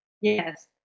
Yes